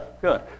good